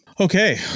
Okay